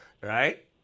Right